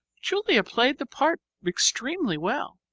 julia played the part extremely well.